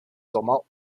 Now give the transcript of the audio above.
sommer